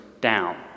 down